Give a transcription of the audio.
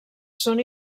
són